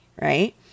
right